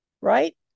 right